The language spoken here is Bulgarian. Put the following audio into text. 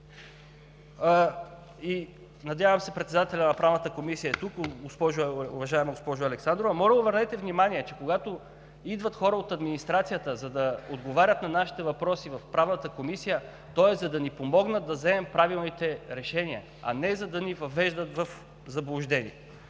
защото председателят на Правната комисия е тук. Уважаема госпожо Александрова, моля, обърнете внимание, че когато идват хора от администрацията, за да отговарят на нашите въпроси в Правната комисия, то е, за да ни помогнат да вземем правилните решения, а не за да ни въвеждат в заблуждение